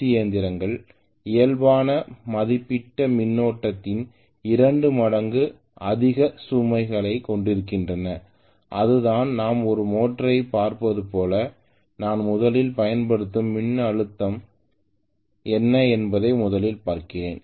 C இயந்திரங்கள் இயல்பான மதிப்பிடப்பட்ட மின்னோட்டத்தின் 2 மடங்கு அதிக சுமைகளைக் கொண்டிருக்கின்றன அதுதான் நான் ஒரு மோட்டாரைப் பார்ப்பது போல நான் முதலில் பயன்படுத்தும் மின்னழுத்தம் என்ன என்பதை முதலில் பார்க்கிறேன்